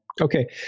Okay